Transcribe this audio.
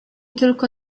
tylko